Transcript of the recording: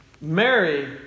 Mary